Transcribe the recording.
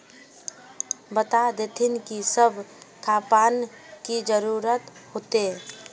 बता देतहिन की सब खापान की जरूरत होते?